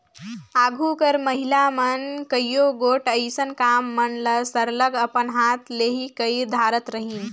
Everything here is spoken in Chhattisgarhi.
आघु कर महिला मन कइयो गोट अइसन काम मन ल सरलग अपन हाथ ले ही कइर धारत रहिन